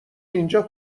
اینجا